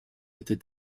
était